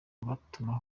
bakaza